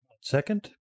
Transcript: Second